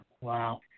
Wow